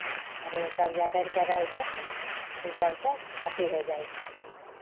आरो ओसभ जाय करि कऽ रहै छै सभ ओ सभसँ अथी हो जाइ छै